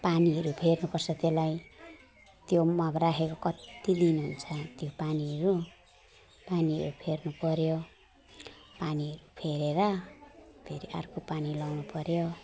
पनीहरू फेर्नुपर्छ त्यसलाई त्यो मग राखेको कति दिन हुन्छ त्यो पानी हो पानी फेर्नुपऱ्यो पानी फेरेर फेरि अर्को पानी लगाउनुपऱ्यो